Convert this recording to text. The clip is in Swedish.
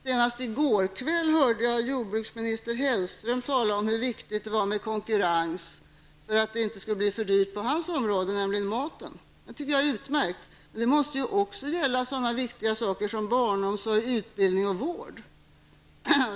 Senast i går kväll hörde jag jordbruksminister Hellström tala om hur viktigt det var med konkurrens, för att inte sådant som hör till hans område skulle bli för dyrt. Det gällde särskilt maten. Det tycker jag är utmärkt. Men det måste också gälla sådana viktiga saker som barnomsorg, utbildning och vård.